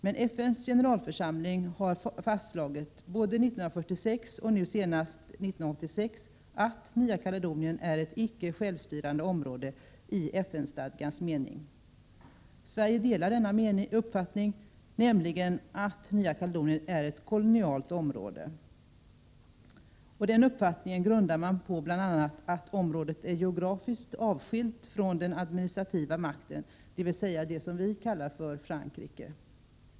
Men FN:s generalförsamling har fastslagit, både 1946 och nu senast 1986, att Nya Kaledonien är ett icke självstyrande område i FN-stadgans mening. Sverige delar denna uppfattning, nämligen att Nya Kaledonien är ett kolonialt område. Den uppfattningen grundas bl.a. på att området är geografiskt avskilt från den administrativa makten, dvs. det vi kallar Frankrike.